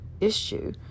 issue